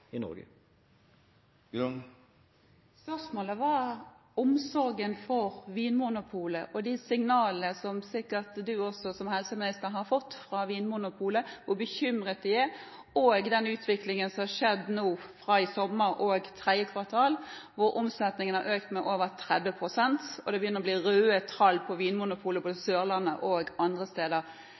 for Vinmonopolet og de signalene som sikkert også du, som helseminister, har fått fra Vinmonopolet – om hvor bekymret de er over den utviklingen som har skjedd siden i sommer og i 3. kvartal, hvor omsetningen har økt med over 30 pst. Det begynner å bli røde tall for Vinmonopolet – både på Sørlandet og andre steder.